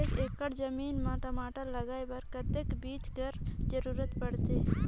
एक एकड़ जमीन म टमाटर लगाय बर कतेक बीजा कर जरूरत पड़थे?